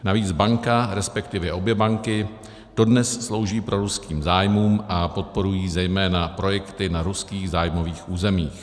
Navíc banka, resp. obě banky, dodnes slouží proruským zájmům a podporují zejména projekty na různých zájmových územích.